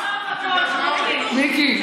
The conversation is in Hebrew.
מיקי,